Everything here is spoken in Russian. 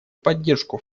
поддержку